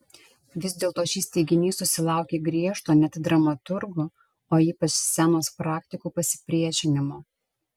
vis dėlto šis teiginys susilaukė griežto net dramaturgų o ypač scenos praktikų pasipriešinimo